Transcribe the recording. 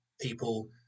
people